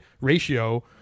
ratio